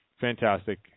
fantastic